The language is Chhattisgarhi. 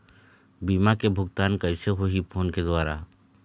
बीमा के भुगतान कइसे होही फ़ोन के द्वारा?